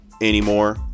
anymore